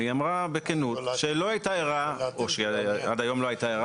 והיא אמרה בכנות שהיא עד היום לא הייתה ערה